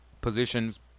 positions